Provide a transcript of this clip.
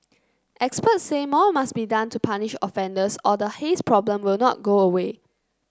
experts say more must be done to punish offenders or the haze problem will not go away